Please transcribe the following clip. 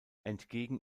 entgegen